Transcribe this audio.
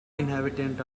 inhabitant